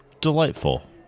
Delightful